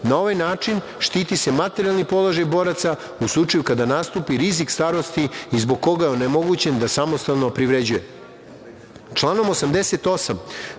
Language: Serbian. Na ovaj način štiti se materijalni položaj boraca u slučaju kada nastupi rizik starosti i zbog koga je onemogućen da samostalno privređuje. Članom 88.